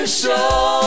show